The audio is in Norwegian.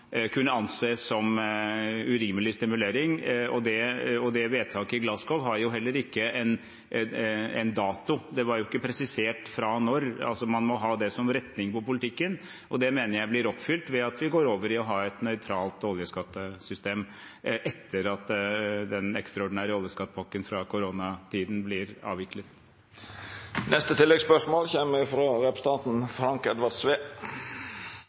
kunne anses som urimelig stimulering. Det vedtaket i Glasgow har jo heller ikke en dato. Det var ikke presisert fra når, altså må man ha det som retning på politikken. Det mener jeg blir oppfylt ved at vi går over til å ha et nøytralt oljeskattesystem etter at den ekstraordinære oljeskattepakken fra koronatiden blir